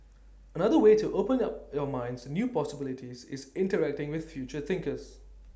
another way to open our your minds to new possibilities is interacting with future thinkers